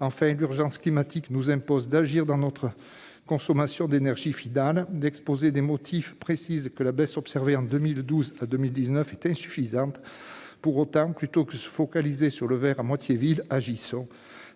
Enfin, l'urgence climatique nous impose d'agir sur notre consommation d'énergie finale. L'exposé des motifs précise que la baisse observée entre 2012 et 2019 est insuffisante. Pour autant, plutôt que de nous focaliser sur le verre à moitié vide, agissons !